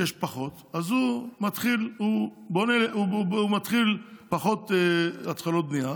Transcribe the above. יש פחות, אז הוא מתחיל פחות התחלות בנייה